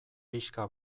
pixka